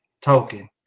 token